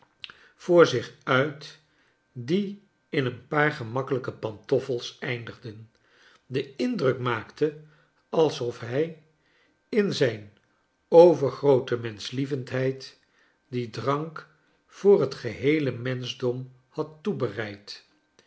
voor zich uit die in een paar gemakkelijke pantofffels eindigden den indruk maakte alsof hij in zijn overgroote menschlievendheid dien drank voor het geheele menschdom had